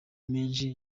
menshi